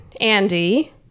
Andy